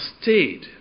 stayed